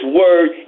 word